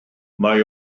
mae